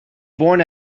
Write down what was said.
born